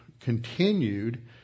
continued